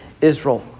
Israel